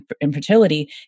infertility